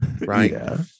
Right